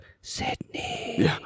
Sydney